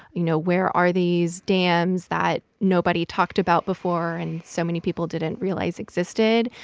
you know, where are these dams that nobody talked about before and so many people didn't realize existed.